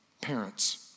Parents